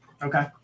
Okay